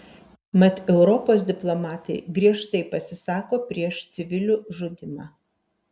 mat europos diplomatai griežtai pasisako prieš civilių žudymą